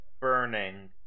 burning